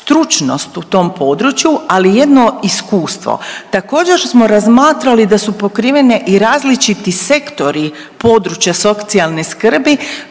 u tom području, ali i jedno iskustvo. Također smo razmatrali da su pokrivene i različiti sektori područja socijalne skrbi